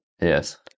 Yes